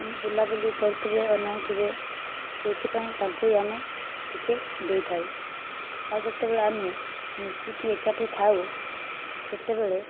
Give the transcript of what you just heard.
ବୁଲାବୁଲି କରୁଥିବେ ଅନଉଥିବେ ସେଇଥିପାଇଁ ତାଙ୍କୁ ଆମେ ଟିକିଏ ଦେଇଥାଉ ଆଉ ଯେତେବେଳେ ଆମେ ମିଶିକି ଏକାଠି ଖାଉ ସେତେବେଳେ